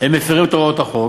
הם מפרים את הוראות החוק,